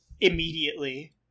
immediately